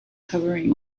covering